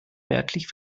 merklich